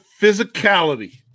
physicality